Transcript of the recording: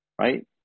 right